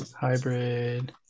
Hybrid